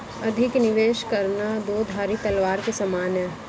अधिक निवेश करना दो धारी तलवार के समान है